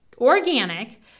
organic